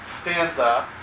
stanza